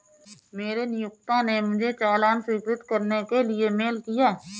मेरे नियोक्ता ने मुझे चालान स्वीकृत करने के लिए मेल किया